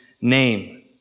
name